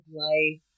life